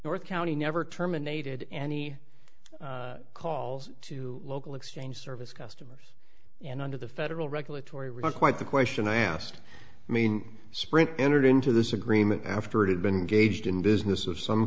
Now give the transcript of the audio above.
north county never terminated any calls to local exchange service customers and under the federal regulatory requite the question i asked i mean sprint entered into this agreement after it had been gauged in business of some